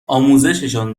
آموزششان